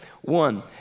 One